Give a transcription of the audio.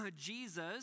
Jesus